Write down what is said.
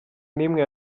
n’imwe